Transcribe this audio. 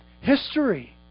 History